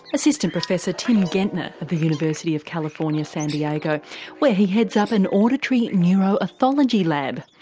assistant professor tim gentner at the university of california, san diego where he heads up an auditory neuroethology lab.